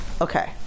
Okay